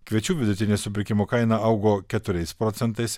kviečių vidutinė supirkimo kaina augo keturiais procentais